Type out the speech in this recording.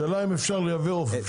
השאלה היא אם אפשר לייבא אוכל.